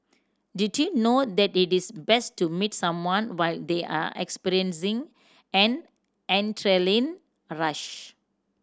did you know that it is best to meet someone while they are experiencing an adrenaline a rush